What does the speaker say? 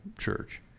church